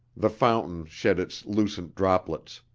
the fountain shed its lucent droplets.